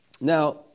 Now